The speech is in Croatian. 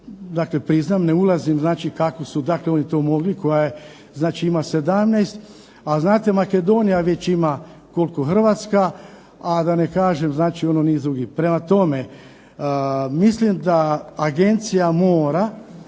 dakle Finska, ne ulazim kako su oni to mogli ima 17, a znate Makedonija već ima koliko Hrvatska, a da ne kažem niz drugih. Prema tome, mislim da Agencija mora